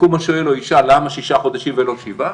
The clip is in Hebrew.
יקום השואל וישאל: למה שישה חודשים ולא שבעה?